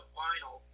final